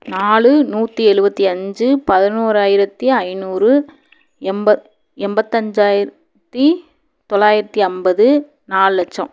நாலு நூத்தியெழுபத்தி அஞ்சு பதினோறாயிரத்தி ஐநூறு எண்ப எண்பத்தஞ்சாயிரத்தி தொள்ளாயிரத்தி ஐம்பது நாலு லட்சம்